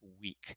week